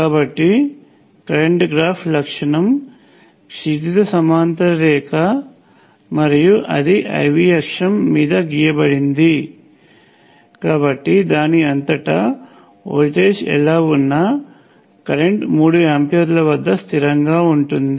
కాబట్టికరెంట్ graph లక్షణం క్షితిజ సమాంతర రేఖ మరియు అది IV అక్షం మీద గీయబడింది కాబట్టి దాని అంతటా వోల్టేజ్ ఎలా ఉన్నా కరెంట్ 3 ఆంపియర్ల వద్ద స్థిరంగా ఉంటుంది